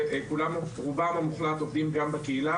רובם המוחלט עובדים גם בקהילה.